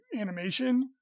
animation